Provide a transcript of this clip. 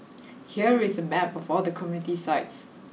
here is a map of all the community sites